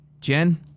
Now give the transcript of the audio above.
Jen